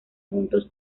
juntos